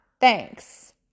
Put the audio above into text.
Thanks